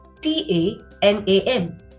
t-a-n-a-m